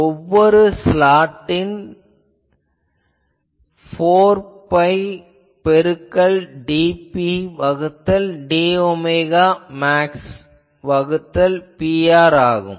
ஒவ்வொரு ஸ்லாட்டின் டைரக்டிவிட்டி என்பது 4 பை பெருக்கல் dP வகுத்தல் d ஒமேகா மேக்ஸ் வகுத்தல் Pr ஆகும்